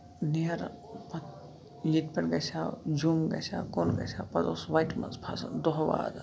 ڈیرٕ ییٚتہِ پٮ۪ٹھ گژھِ ہا جموم گژھِ ہا کُن گژھِ ہا پَتہٕ اوس وَتہِ منٛز پھسان دۄہ وادن